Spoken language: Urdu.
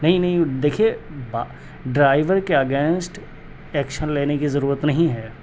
نہیں نہیں دیکھیے ڈرائیور کے اگینسٹ ایکشن لینے کی ضرورت نہیں ہے